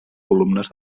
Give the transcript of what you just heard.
columnes